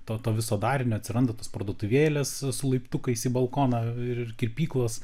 to to viso darinio atsiranda tos parduotuvėles su laiptukais į balkoną ir kirpyklos